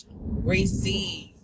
receive